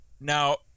Now